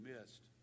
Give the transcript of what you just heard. missed